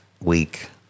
week